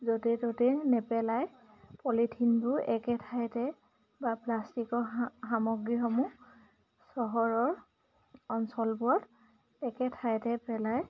য'তে ত'তে নেপেলাই পলিথিনবোৰ একে ঠাইতে বা প্লাষ্টিকৰ সা সামগ্ৰীসমূহ চহৰৰ অঞ্চলবোৰত একে ঠাইতে পেলাই